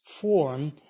form